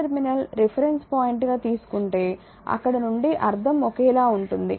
terminal reference point గా తీసుకుంటే అక్కడ నుండి అర్ధం ఒకేలా ఉంటుంది